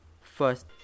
first